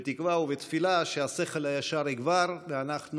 בתקווה ובתפילה שהשכל הישר יגבר ואנחנו,